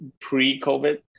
pre-COVID